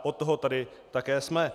Od toho tady také jsme.